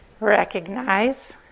recognize